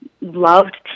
loved